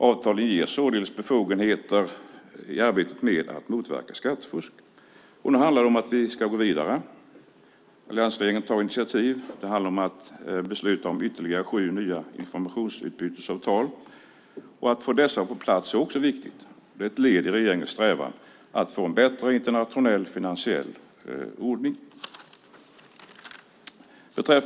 Avtalen ger således befogenheter i arbetet med att motverka skattefusk. Nu handlar det om att vi ska gå vidare. Alliansregeringen tar initiativ. Det handlar om att besluta om sju nya informationsutbytesavtal. Att få dessa på plats är viktigt. Det är ett led i regeringens strävan att få en bättre internationell finansiell ordning.